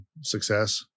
success